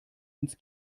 ins